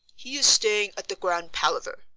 he is staying at the grand palaver.